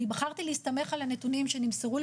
אני בחרתי להסתמך על הנתונים שנמסרו לי